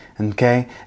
okay